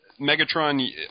Megatron